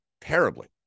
terribly